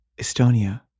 Estonia